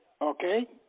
Okay